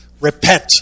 Repent